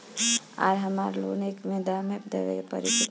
आर हमारा लोन एक दा मे देवे परी किना?